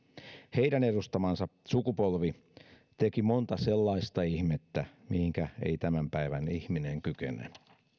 heidän edustamansa sukupolvi teki monta sellaista ihmettä mihinkä ei tämän päivän ihminen kykene